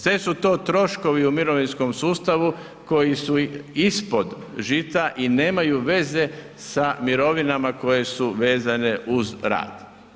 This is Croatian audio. Sve su to troškovi u mirovinskom sustavu koji su ispod žita i nemaju veze sa mirovinama koje su vezane uz rad.